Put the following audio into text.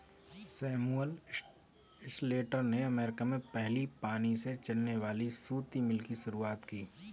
Samuel Slater ने America में पहली पानी से चलने वाली सूती मिल की शुरुआत की